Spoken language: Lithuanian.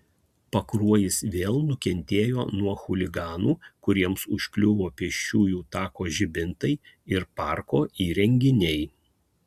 pakruojis vėl nukentėjo nuo chuliganų kuriems užkliuvo pėsčiųjų tako žibintai ir parko įrenginiai